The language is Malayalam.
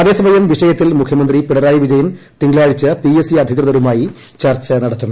അതേസമയം സമരത്തിൽ വിഷയത്തിൽ മുഖ്യമന്ത്രി പിണറായി വിജയൻ തിങ്കളാഴ്ച പി എസ് സി അധികൃതരുമായി ചർച്ച നടത്തും